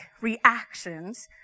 reactions